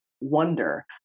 wonder